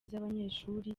z’abanyeshuri